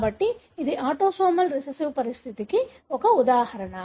కాబట్టి ఇది autosomal recessive పరిస్థితికి ఒక ఉదాహరణ